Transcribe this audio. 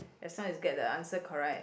as long as get the answer correct